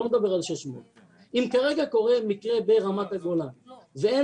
לא מדבר על 600. אם כרגע קורה מקרה ברמת הגולן והם